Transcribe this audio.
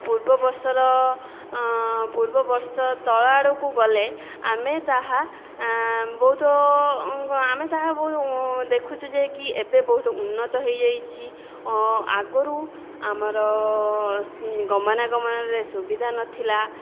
ପୂର୍ବ ବର୍ଷର ପୂର୍ବବର୍ଷ ତଳଆଡ଼କୁ ଗଲେ ଆମେ ତାହା ବହୁତ ଆମେ ତାହା ବହୁତ ଦେଖୁଛୁ ଯେ କି ଏବେ ବହୁତ ଉନ୍ନତ ହୋଇଯାଇଛି ଆଗରୁ ଆମର ଗମନାଗମନରେ ସୁବିଧା ନଥିଲା